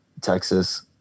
texas